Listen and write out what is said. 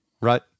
right